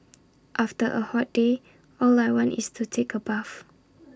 after A hot day all I want is to take A bath